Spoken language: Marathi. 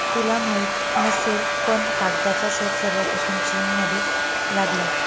तुला माहित नसेल पण कागदाचा शोध सर्वप्रथम चीनमध्ये लागला